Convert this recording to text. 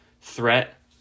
threat